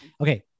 okay